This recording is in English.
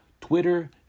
Twitter